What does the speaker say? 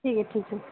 ٹھیک ہے ٹھیک ہے